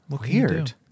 weird